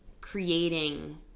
creating